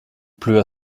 pleut